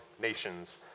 nations